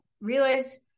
realize